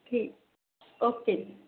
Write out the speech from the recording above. ਠੀਕ ਓਕੇ ਜੀ